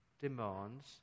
demands